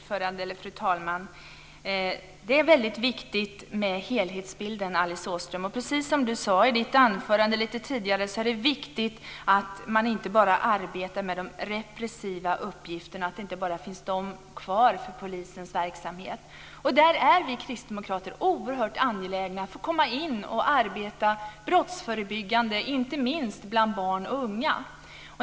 Fru talman! Det är väldigt viktigt med en helhetsbild, Alice Åström. Precis som Alice Åström sade i sitt anförande är det viktigt att man inte bara arbetar med de repressiva uppgifterna, att det är inte bara dessa uppgifter som finns kvar för polisens verksamhet. Där är vi Kristdemokrater oerhört angelägna om att man jobbar brottsförebyggande, inte minst bland barn och unga.